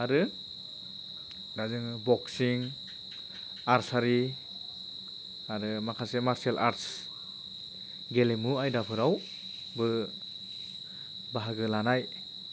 आरो दा जोङो बक्सिं आर्चारि आरो माखासे मार्सोल आर्ट्स गेलेमु आयदाफोरावबो बाहागो लानाय